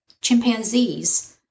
chimpanzees